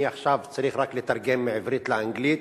אני עכשיו צריך רק לתרגם מעברית לאנגלית,